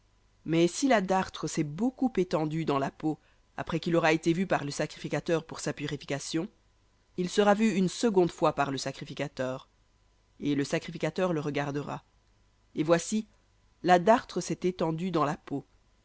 mais si la dartre s'est beaucoup étendue dans la peau après qu'il aura été vu par le sacrificateur pour sa purification il sera vu une seconde fois par le sacrificateur et le sacrificateur le regardera et voici la dartre s'est étendue dans la peau